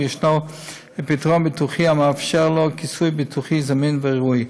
יש פתרון ביטוחי המאפשר לו כיסוי ביטוחי זמין וראוי: